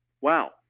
Wow